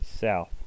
South